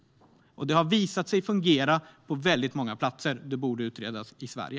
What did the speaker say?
Det har visat sig fungera på väldigt många platser. Det borde utredas i Sverige.